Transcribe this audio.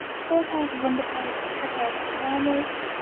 four pairs of underpants, a pair of pyjamas,